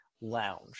lounge